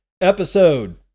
episode